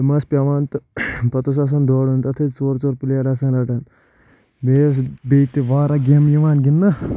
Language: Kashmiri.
تِم آسہٕ پیٚوان تہٕ پَتہٕ اوس پیٚوان دورُن تَتھ ٲسی ژور ژور پٕلیر آسان رَٹان بیٚیہِ اسہٕ بیٚیہِ تہِ واریاہ گیمہٕ یِوان گِنٛدنہٕ